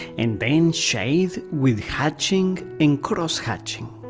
and then shade with hatching and cross-hatching.